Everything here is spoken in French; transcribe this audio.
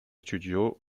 studios